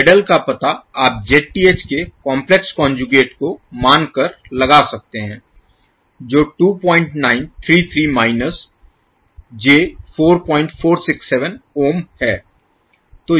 ZL का पता आप Zth के काम्प्लेक्स कोंजूगेट को मानकर लगा सकते हैं जो 2933 माइनस j 4467 ओम है